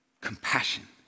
Compassion